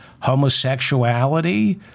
homosexuality